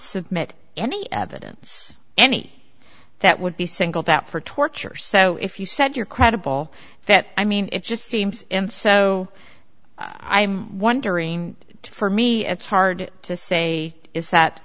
submit any evidence any that would be singled out for torture so if you said you're credible that i mean it just seems so i'm wondering for me it's hard to say is that